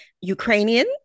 Ukrainian